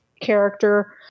character